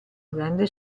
grande